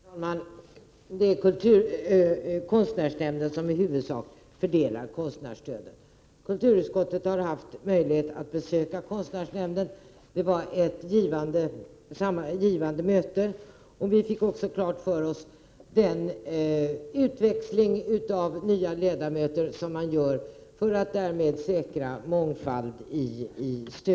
Herr talman! Det är konstnärsnämnden som i huvudsak fördelar konstnärsstödet. Kulturutskottet har haft möjlighet att besöka konstnärsnämnden. Det var ett givande besök, och vi fick också klart för oss den utväxling av nya ledamöter som man gör för att därmed säkerställa mångfald när stödet ges ut. Men för något år sedan ändrade kulturministern förordningen, vilket medförde att stöd kan utgå också till konstnärsorganisationer. Det innebär att mindre medel kan gå ut till enskilda konstnärer.